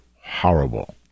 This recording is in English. horrible